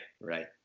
Right